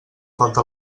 falta